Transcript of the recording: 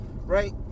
right